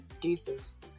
deuces